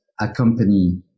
accompany